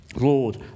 Lord